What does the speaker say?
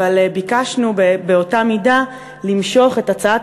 אבל ביקשנו באותה מידה למשוך את הצעת